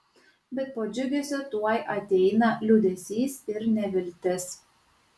bet po džiugesio tuoj ateina liūdesys ir neviltis